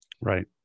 Right